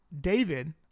David